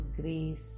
grace